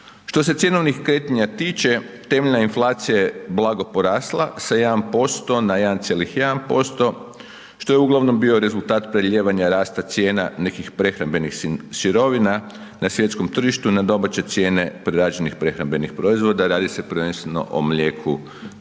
Što se cjenovnih kretanja tiče temeljna inflacija je blago porasla sa 1% na 1,1% što je uglavnom bio rezultat prelijevanja rasta cijena nekih prehrambenih sirovina na svjetskom tržištu na domaće cijene prerađenih prehrambenih proizvoda. Radi se prvenstveno o mlijeku